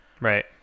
right